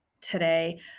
today